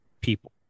people